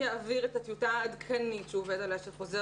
יעביר את הטיוטה העדכנית שהוא עובד עליה של חוזר